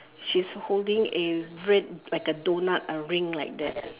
she's holding a red like a doughnut a ring like that